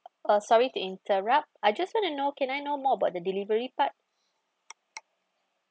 uh sorry to interrupt I just want to know can I know more about the delivery part